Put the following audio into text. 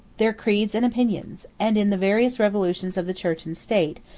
their creeds and opinions and in the various revolutions of the church and state,